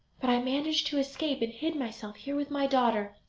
but i managed to escape, and hid myself here with my daughter